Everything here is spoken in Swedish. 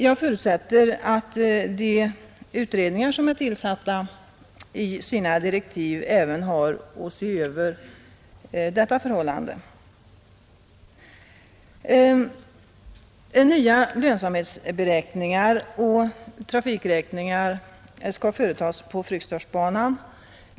Jag förutsätter att de utredningar som är tillsatta enligt sina direktiv har att se över även detta förhållande. Nya lönsamhetsberäkningar och trafikräkningar skall företas på Fryksdalsbanan.